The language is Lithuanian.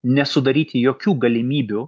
nesudaryti jokių galimybių